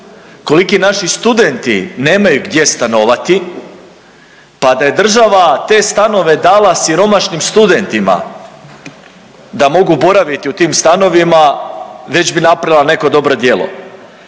koliki naši studenti nemaju gdje stanovati, pa da je država te stanove dala siromašnim studentima da mogu boraviti u tim stanovima već bi napravila neko dobro djelo,